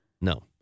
No